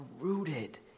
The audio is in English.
rooted